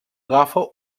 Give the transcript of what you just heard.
agafa